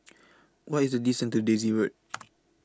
What IS The distance to Daisy Road